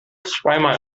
zweimal